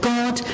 God